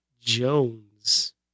Jones